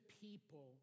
people